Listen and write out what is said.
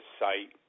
site